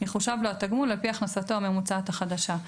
יחושב לו התגמול על פי הכנסתו הממוצעת החדשה".